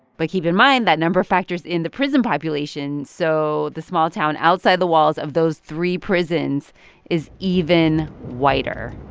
but keep in mind that number factors in the prison population, so the small town outside the walls of those three prisons is even whiter